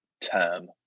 term